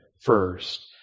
first